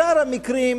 בשאר המקרים,